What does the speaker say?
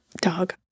Dog